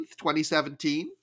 2017